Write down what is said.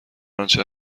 آنچه